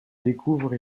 découvre